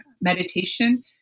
meditation